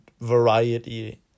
variety